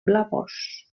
blavós